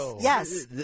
Yes